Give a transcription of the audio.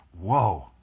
whoa